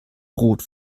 rot